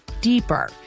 deeper